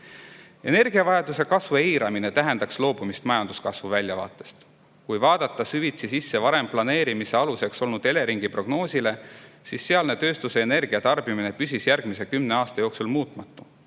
Energiavajaduse kasvu eiramine tähendaks loobumist majanduskasvu väljavaatest. Kui vaadata süvitsi varem planeerimise aluseks olnud Eleringi prognoosi, siis [näeme, et] selle järgi püsinuks tööstuse energiatarbimine järgmise kümne aasta jooksul muutumatu.